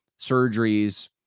surgeries